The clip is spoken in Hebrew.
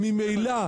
אם הם